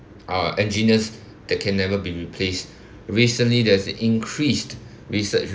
uh engineers that can never be replaced recently there's increased research